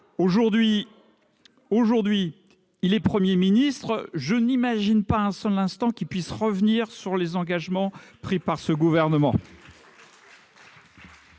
Aujourd'hui qu'il est Premier ministre, je n'imagine pas un seul instant qu'il puisse revenir sur les engagements pris par le Gouvernement.